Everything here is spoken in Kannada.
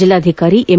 ಜಲ್ಲಾಧಿಕಾರಿ ಎಂ